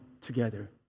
together